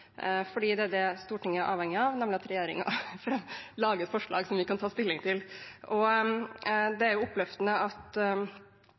Stortinget er avhengig av at regjeringen lager et forslag som vi kan ta stilling til.